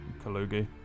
Kalugi